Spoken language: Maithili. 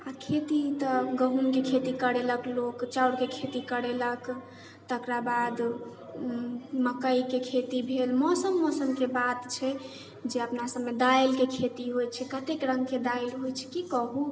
आओर खेती तऽ गहूमके खेती करेलक लोक चाउरके खेती करेलक तकरा बाद मकइके खेती भेल मौसम मौसमके बात छै जे अपना सबमे दालिके खेती होइ छै कतेक रङ्गके दालि होइ छै की कहू